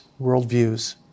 worldviews